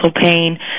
pain